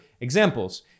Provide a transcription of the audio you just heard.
examples